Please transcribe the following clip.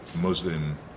Muslim